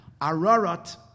ararat